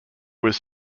was